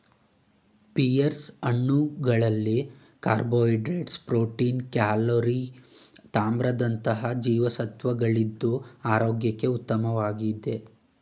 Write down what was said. pears ಹಣ್ಣುಗಳಲ್ಲಿ carbohydrates, protein, calorie ತಾಮ್ರದಂತಹ ಜೀವಸತ್ವಗಳಿದ್ದು ಆರೋಗ್ಯಕ್ಕೆ ಉತ್ತಮವಾಗಿದೆ